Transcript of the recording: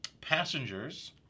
passengers